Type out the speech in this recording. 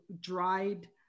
dried